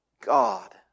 God